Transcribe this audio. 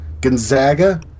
gonzaga